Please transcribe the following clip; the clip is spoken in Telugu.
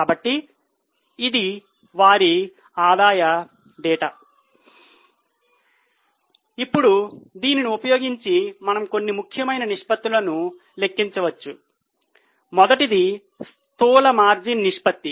కాబట్టి ఇది వారి ఆదాయ డేటా ఇప్పుడు దీనిని ఉపయోగించి మనం కొన్ని ముఖ్యమైన నిష్పత్తులను లెక్కించవచ్చు మొదటిది స్థూల మార్జిన్ నిష్పత్తి